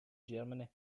germany